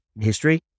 history